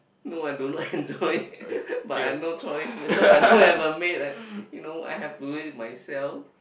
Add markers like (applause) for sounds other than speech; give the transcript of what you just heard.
no I do not enjoy (laughs) but I no choice because I don't have a maid right you know I have to do it myself